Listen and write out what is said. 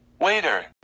Waiter